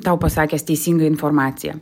tau pasakęs teisingą informaciją